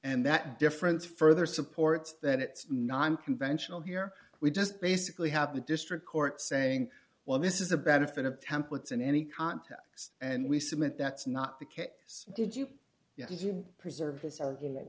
and that difference further supports that it's non conventional here we just basically have the district court saying well this is a benefit of templates in any context and we submit that's not the case did you preserve this argument